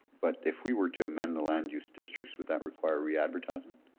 but if we were to amend the land use districts would that require readvertising?